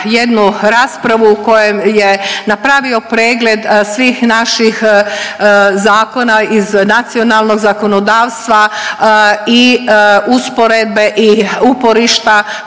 jednu raspravu u kojoj je napravio pregled svih naših zakona iz nacionalnog zakonodavstva i usporedbe i uporišta koja